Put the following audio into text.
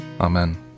amen